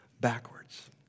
backwards